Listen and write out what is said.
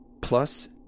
Plus